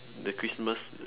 the christmas